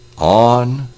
on